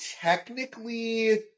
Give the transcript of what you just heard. technically